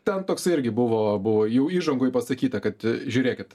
ten toksai irgi buvo buvo jų įžangoj pasakyta kad žiūrėkit